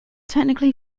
technically